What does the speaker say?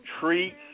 treats